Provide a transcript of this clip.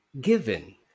given